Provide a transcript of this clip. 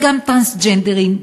וגם טרנסג'נדרים,